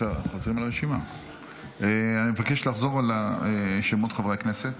אני מבקש לחזור על שמות חברי הכנסת